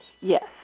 Yes